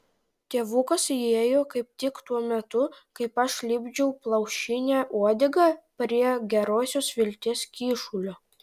tėvukas įėjo kaip tik tuo metu kai aš lipdžiau plaušinę uodegą prie gerosios vilties kyšulio